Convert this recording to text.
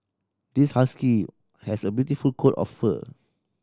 this husky has a beautiful coat of fur